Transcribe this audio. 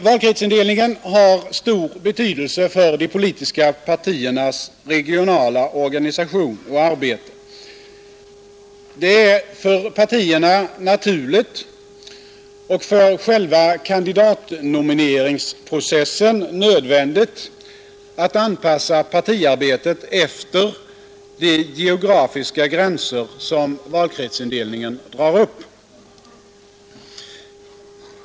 Valkretsindelningen har stor betydelse för de politiska partiernas regionala organisation och arbete. Det är för partierna naturligt och för själva kandidatnomineringsprocessen nödvändigt att anpassa partiarbetet efter de geografiska gränser som valkretsindelningen drar upp.